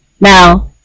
Now